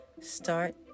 Start